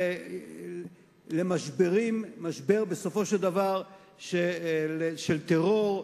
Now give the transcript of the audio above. למשברים; משבר של טרור,